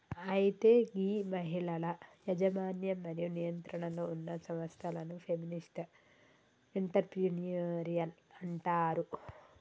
అయితే గీ మహిళల యజమన్యం మరియు నియంత్రణలో ఉన్న సంస్థలను ఫెమినిస్ట్ ఎంటర్ప్రెన్యూరిల్ అంటారు